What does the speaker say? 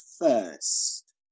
first